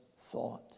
thought